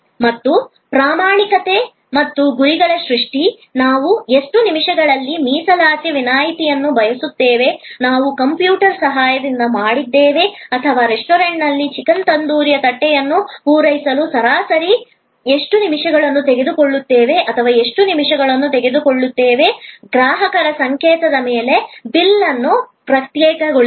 ಮತ್ತು ಪ್ರಮಾಣಿತ ಮತ್ತು ಗುರಿಗಳ ಸೃಷ್ಟಿ ನಾವು ಎಷ್ಟು ನಿಮಿಷಗಳಲ್ಲಿ ಮೀಸಲಾತಿ ವಿನಂತಿಯನ್ನು ಬಯಸುತ್ತೇವೆ ನಾವು ಕಂಪ್ಯೂಟರ್ ಸಹಾಯದಿಂದ ಮಾಡಿದ್ದೇವೆ ಅಥವಾ ರೆಸ್ಟೋರೆಂಟ್ನಲ್ಲಿ ಚಿಕನ್ ತಂದೂರಿಯ ತಟ್ಟೆಯನ್ನು ಪೂರೈಸಲು ಸರಾಸರಿ ಎಷ್ಟು ನಿಮಿಷಗಳನ್ನು ತೆಗೆದುಕೊಳ್ಳುತ್ತೇವೆ ಅಥವಾ ಎಷ್ಟು ನಿಮಿಷಗಳನ್ನು ತೆಗೆದುಕೊಳ್ಳುತ್ತದೆ ಗ್ರಾಹಕರ ಸಂಕೇತಗಳ ನಂತರ ಬಿಲ್ ಅನ್ನು ಪ್ರಕ್ರಿಯೆಗೊಳಿಸಿ